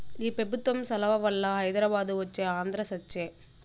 ఈ పెబుత్వం సలవవల్ల హైదరాబాదు వచ్చే ఆంధ్ర సచ్చె